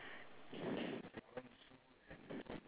there's no sign board ah